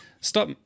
Stop